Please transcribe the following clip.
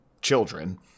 children